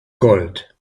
gold